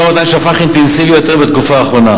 משא-ומתן שהפך אינטנסיבי יותר בתקופה האחרונה,